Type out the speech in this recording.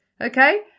okay